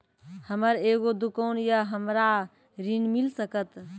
हमर एगो दुकान या हमरा ऋण मिल सकत?